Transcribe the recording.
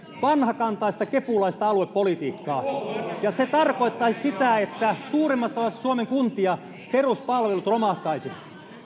vanhakantaista kepulaista aluepolitiikkaa se tarkoittaisi sitä että suurimmassa osassa suomen kuntia peruspalvelut romahtaisivat